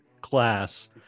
class